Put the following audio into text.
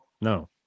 No